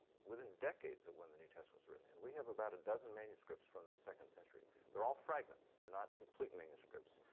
within decades of when the new testament was written. and we have about a dozen manuscripts from the second century. they're all fragments. they're not complete manuscripts.